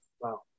Wow